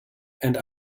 and